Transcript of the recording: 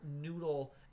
noodle